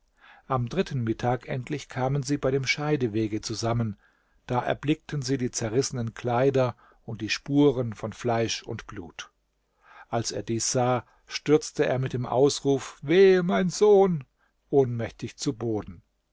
am dritten mittag endlich kamen sie bei dem scheidewege zusammen da erblickten sie die zerrissenen kleider und die spuren von fleisch und blut als er dies sah stürzte er mit dem ausruf wehe mein sohn ohnmächtig zu boden